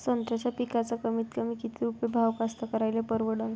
संत्र्याचा पिकाचा कमीतकमी किती रुपये भाव कास्तकाराइले परवडन?